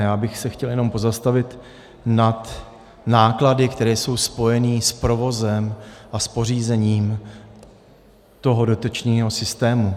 Já bych se chtěl jenom pozastavit nad náklady, které jsou spojené s provozem a pořízením toho dotyčného systému.